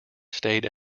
stayed